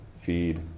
feed